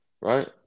right